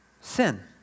Sin